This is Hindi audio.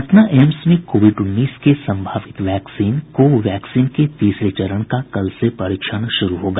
पटना एम्स में कोविड उन्नीस के सम्भावित वैक्सीन को वैक्सीन के तीसरे चरण का कल से परीक्षण शुरू होगा